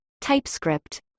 TypeScript